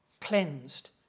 cleansed